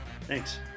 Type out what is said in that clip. Thanks